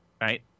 right